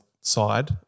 side